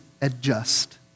adjust